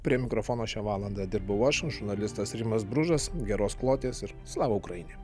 prie mikrofono šią valandą dirbau aš žurnalistas rimas bružas geros kloties ir slava ukraini